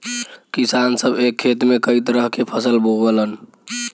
किसान सभ एक खेत में कई तरह के फसल बोवलन